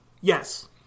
Yes